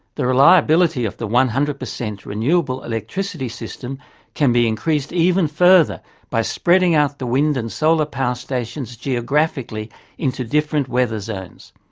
the reliability of the one hundred percent renewable electricity system can be increased even further by spreading out the wind and solar power stations geographically into different weather zones.